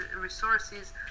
resources